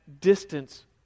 distance